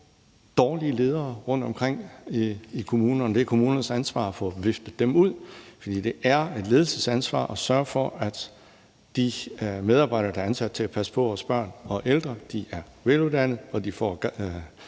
dårlige ledere rundtomkring i kommunerne, og det er kommunernes ansvar at få viftet dem ud. For det er et ledelsesansvar at sørge for, at de medarbejdere, der er ansat til at passe på vores børn og ældre, er veluddannede og får